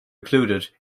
included